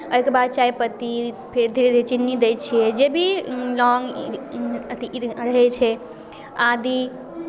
एहिके बाद चायपत्ती फेर धीरे धीरे चीनी दै छियै जे भी लौंग अथि अ अथि ई रहै छै आदी